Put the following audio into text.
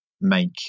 make